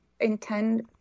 intend